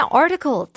article